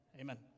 Amen